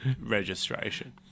registration